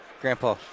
Grandpa